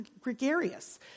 gregarious